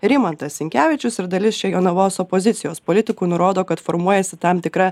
rimantas sinkevičius ir dalis čia jonavos opozicijos politikų nurodo kad formuojasi tam tikra